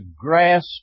grasp